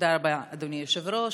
תודה רבה, אדוני היושב-ראש.